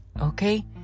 okay